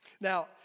Now